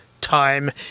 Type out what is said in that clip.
time